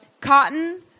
cotton